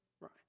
right